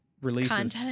releases